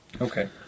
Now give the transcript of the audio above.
Okay